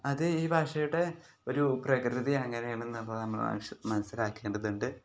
അത് ഈ ഭാഷയുടെ ഒരു പ്രകൃതി അങ്ങനെയാണെന്ന് അപ്പം നമ്മൾ മനസ്സിലാക്കേണ്ടതുണ്ട്